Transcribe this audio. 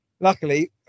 luckily